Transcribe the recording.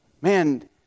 Man